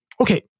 Okay